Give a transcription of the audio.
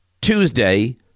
Tuesday